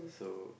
so